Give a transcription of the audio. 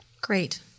Great